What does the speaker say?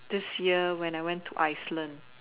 this year when I went to Iceland